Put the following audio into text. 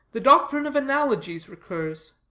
the doctrine of analogies recurs.